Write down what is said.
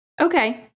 okay